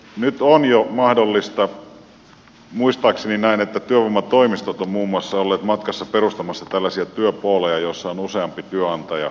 nyt on jo mahdollista muistaakseni näin että työvoimatoimistot ovat muun muassa olleet matkassa perustamassa tällaisia työpooleja joissa on useampi työnantaja sitten olemassa